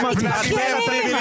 אתם הפריבילגים.